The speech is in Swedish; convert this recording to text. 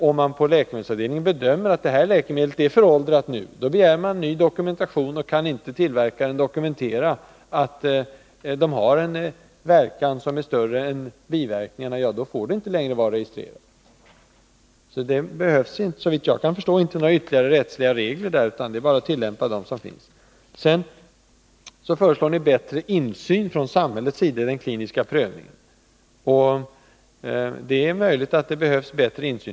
Om man på läkemedelsavdelningen bedömer att ett läkemedel är föråldrat begär man ny dokumentation, och kan tillverkaren inte dokumentera att medlet har en verkan som är större än biverkningarna får det inte längre vara registrerat. Såvitt jag kan förstå behövs det alltså inte några ytterligare rättsliga regler, utan det är bara att tillämpa dem som finns. Vpk föreslår bättre insyn från samhällets sida i den kliniska prövningen, och det är möjligt att det behövs bättre insyn.